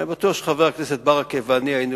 אני בטוח שחבר הכנסת ברכה ואני היינו